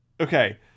Okay